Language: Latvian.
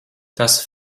tas